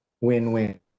win-win